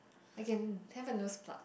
I can have a nose plot